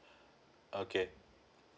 okay